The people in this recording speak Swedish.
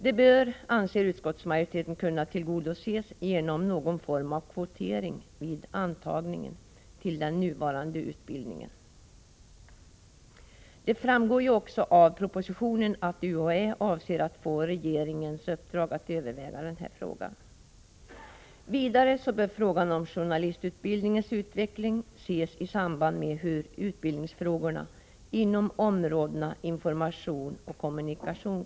Det bör, enligt utskottsmajoriteten, vara möjligt med någon form av kvotering vid antagningen till den nuvarande utbildningen. Av propositionen framgår det också att UHÄ avses få regeringens uppdrag att utreda frågan. Vidare bör frågan om journalistutbildningens utveckling bedömas i samband med lösningen av utbildningsfrågorna inom områdena information och kommunikation.